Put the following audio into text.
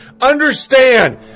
Understand